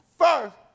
first